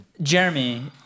Jeremy